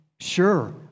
Sure